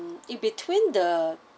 in between the